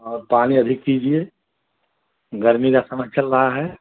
और पानी अधिक पीजिए गर्मी का समय चल रहा है